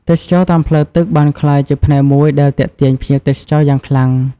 ទេសចរណ៍តាមផ្លូវទឹក បានក្លាយជាផ្នែកមួយដែលទាក់ទាញភ្ញៀវទេសចរណ៍យ៉ាងខ្លាំង។